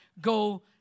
Go